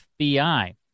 FBI